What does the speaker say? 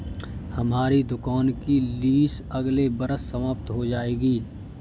हमारी दुकान की लीस अगले वर्ष समाप्त हो जाएगी